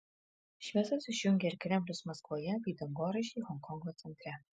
šviesas išjungė ir kremlius maskvoje bei dangoraižiai honkongo centre